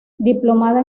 diplomada